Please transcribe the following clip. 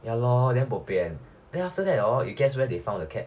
ya lor then bo pian then after that hor guess where they found the cat